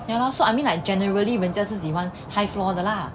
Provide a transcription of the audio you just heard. yeah lor so I mean like generally 人家是喜欢 high flor 的 lah